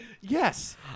Yes